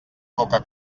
coca